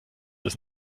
das